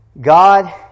God